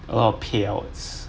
a lot of payouts